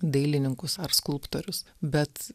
dailininkus ar skulptorius bet